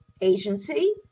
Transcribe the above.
agency